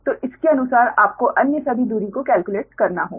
तो इसके अनुसार आपको अन्य सभी दूरी को केल्क्युलेट करना होगा